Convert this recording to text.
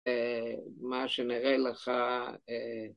מה שנראה לך